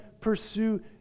pursue